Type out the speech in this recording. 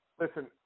listen